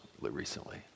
recently